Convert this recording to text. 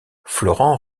florent